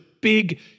big